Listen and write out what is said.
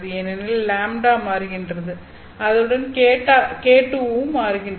ஏனெனில் λ மாறுகின்றது அதனுடன் k2 வும் மாறுகின்றது